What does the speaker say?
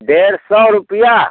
डेढ़ सौ रुपया